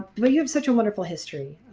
but you have such a wonderful history,